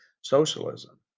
socialism